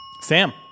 Sam